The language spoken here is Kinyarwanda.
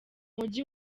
mujyi